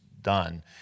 done